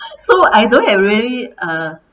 so I don't have really uh